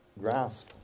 grasp